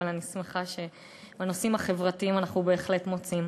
אבל אני שמחה שבנושאים החברתיים אנחנו בהחלט מוצאים.